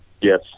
yes